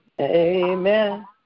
Amen